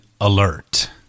Alert